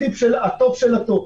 הטופ של הטופ.